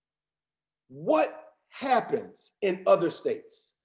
what happens in other states?